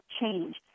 change